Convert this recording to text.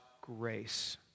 grace